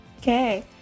Okay